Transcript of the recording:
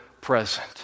present